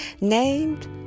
named